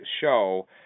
show